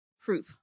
proof